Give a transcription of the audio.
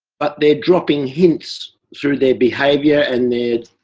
but they're dropping hints through their behavior and their.